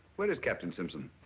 where's captain simpson?